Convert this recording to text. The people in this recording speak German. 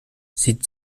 sieht